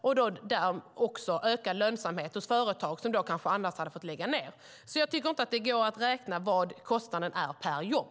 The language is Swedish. Och det har blivit ökad lönsamhet hos företag som annars kanske hade fått lägga ned. Jag tycker alltså inte att det går att räkna vad kostnaden är per jobb.